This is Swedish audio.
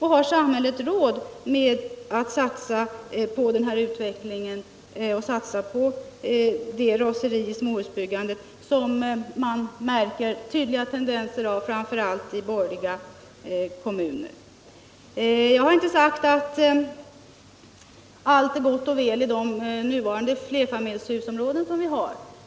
Har samhället råd att satsa på det raseri i småhusbyggandet som man märker tydliga tendenser till i framför allt borgerliga kommuner? Jag har inte sagt att allt är gott och väl i de nuvarande flerfamiljshusområdena.